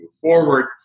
forward